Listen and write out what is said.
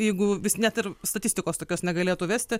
jeigu vis net ir statistikos tokios negalėtų vesti